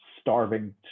starving